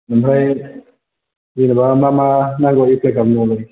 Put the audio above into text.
ओमफ्राय जेनेबा मा मा नांगौ एप्लाइ खालामनायावलाय